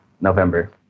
November